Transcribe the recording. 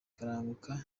kalanguka